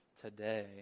today